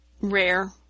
rare